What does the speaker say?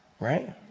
Right